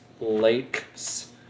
Lakes